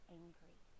angry